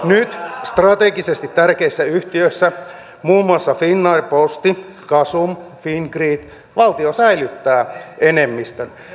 nyt strategisesti tärkeissä yhtiöissä muun muassa finnair posti gasum fingrid valtio säilyttää enemmistön